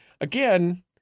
again